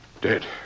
Dead